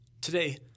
Today